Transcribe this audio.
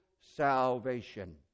salvation